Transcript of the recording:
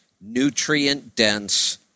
nutrient-dense